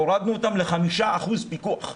הורדנו אותם לחמישה אחוזי פיקוח.